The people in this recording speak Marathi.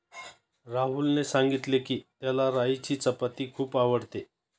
राहुलने सांगितले की, त्याला राईची चपाती खूप आवडते